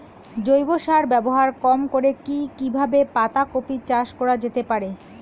জৈব সার ব্যবহার কম করে কি কিভাবে পাতা কপি চাষ করা যেতে পারে?